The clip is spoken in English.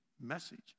message